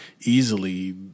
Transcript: easily